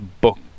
book